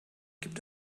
gibt